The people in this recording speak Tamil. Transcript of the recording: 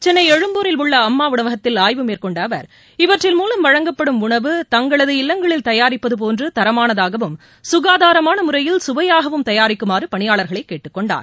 சென்னை எழும்பூரில் உள்ள அம்மா உணவகத்தில் ஆய்வு மேற்கொண்ட அவர் இவற்றில் மூலம் வழங்கப்படும் உணவு தங்களது இல்லங்களில் தயாரிப்பது போன்று தரமானதாகவும் சுகாதாரமான முறையில் சுவையாகவும் தயாரிக்குமாறு பணியாளர்களைக் கேட்டுக்கொண்டார்